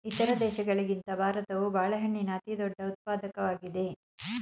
ಇತರ ದೇಶಗಳಿಗಿಂತ ಭಾರತವು ಬಾಳೆಹಣ್ಣಿನ ಅತಿದೊಡ್ಡ ಉತ್ಪಾದಕವಾಗಿದೆ